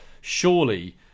surely